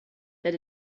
that